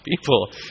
people